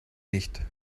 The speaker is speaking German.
nicht